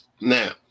Now